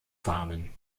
farmen